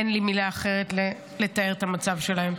אין לי מילה אחרת לתאר את המצב שלהם.